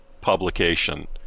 publication